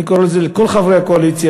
אני קורא לכל חברי הקואליציה,